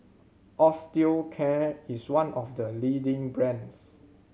Osteocare is one of the leading brands